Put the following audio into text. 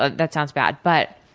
ah that sounds bad but,